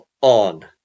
on